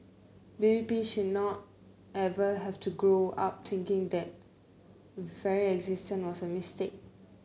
baby P should not ever have to grow up thinking that very existence was a mistake